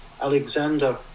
Alexander